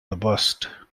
robust